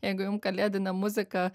jeigu jum kalėdinė muzika